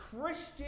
christian